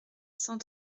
cent